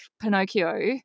Pinocchio